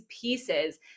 pieces